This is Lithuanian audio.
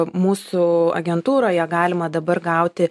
mūsų agentūroje galima dabar gauti